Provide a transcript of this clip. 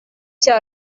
cya